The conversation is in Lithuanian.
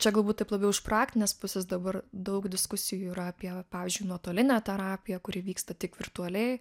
čia galbūt taip labiau iš praktinės pusės dabar daug diskusijų yra apie pavyzdžiui nuotolinę terapiją kuri vyksta tik virtualiai